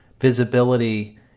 visibility